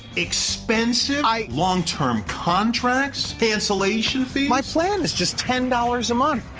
expensive! i. long-term contracts. cancellation fees. my plan is just ten dollars a month.